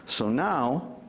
so now,